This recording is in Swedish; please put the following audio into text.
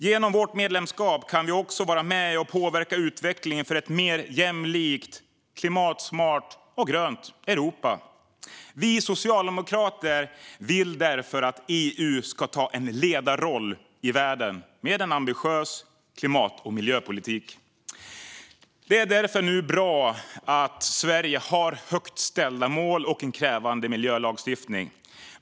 Genom vårt medlemskap kan vi också vara med och påverka utvecklingen för ett mer jämlikt, klimatsmart och grönt Europa. Vi socialdemokrater vill därför att EU ska ta en ledarroll i världen med en ambitiös klimat och miljöpolitik. Det är därför bra att Sverige har högt ställda mål och en krävande miljölagstiftning.